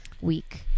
week